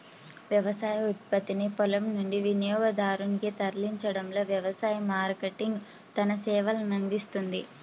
వ్యవసాయ ఉత్పత్తిని పొలం నుండి వినియోగదారునికి తరలించడంలో వ్యవసాయ మార్కెటింగ్ తన సేవలనందిస్తుంది